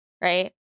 Right